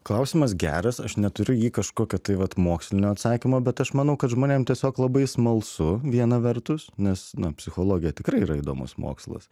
klausimas geras aš neturiu į jį kažkokio tai vat mokslinio atsakymo bet aš manau kad žmonėm tiesiog labai smalsu viena vertus nes na psichologija tikrai yra įdomus mokslas